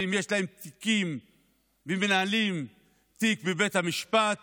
ואם יש להם תיקים והם מנהלים תיק בבית המשפט,